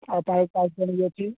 ଆଉ ପାଇପାର୍ ବି ଅଛି